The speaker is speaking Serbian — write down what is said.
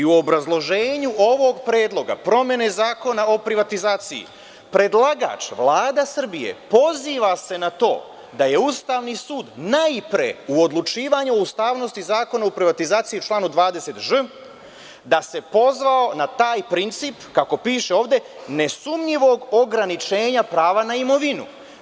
U obrazloženju ovog predloga promene zakona o privatizaciji, predlagač, Vlada Srbije, poziva se na to da se Ustavni sud najpre u odlučivanju o ustavnosti Zakona o privatizaciji člana 20ž pozvao na taj princip, kako piše ovde, nesumnjivog ograničenja prava na imovinu.